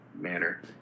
manner